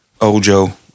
Ojo